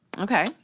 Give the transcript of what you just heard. Okay